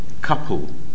couple